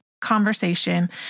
conversation